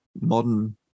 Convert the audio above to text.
modern